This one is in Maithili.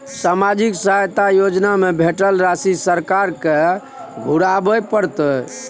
सामाजिक सहायता योजना में भेटल राशि सरकार के घुराबै परतै?